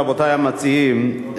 רבותי המציעים,